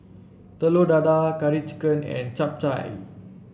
Telur Dadah Curry Chicken and Chap Chai